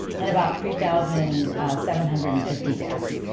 and about three thousand seven hundred and fifty deaths.